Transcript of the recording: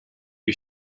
you